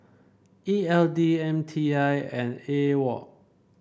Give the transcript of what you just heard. E L D M T I and AWOL